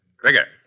Trigger